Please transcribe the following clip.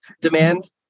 demand